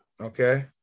Okay